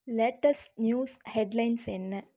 latest news headlines என்ன